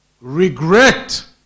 regret